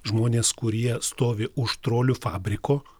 žmonės kurie stovi už trolių fabriko